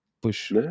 push